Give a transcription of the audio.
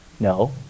No